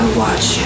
watch